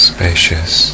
Spacious